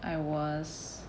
I was